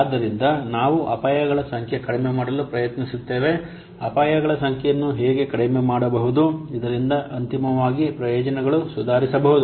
ಆದ್ದರಿಂದ ನಾವು ಅಪಾಯಗಳ ಸಂಖ್ಯೆಯನ್ನು ಕಡಿಮೆ ಮಾಡಲು ಪ್ರಯತ್ನಿಸುತ್ತೇವೆ ಅಪಾಯಗಳ ಸಂಖ್ಯೆಯನ್ನು ಹೇಗೆ ಕಡಿಮೆ ಮಾಡಬಹುದು ಇದರಿಂದ ಅಂತಿಮವಾಗಿ ಪ್ರಯೋಜನಗಳು ಸುಧಾರಿಸಬಹುದು